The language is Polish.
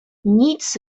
nic